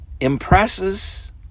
impresses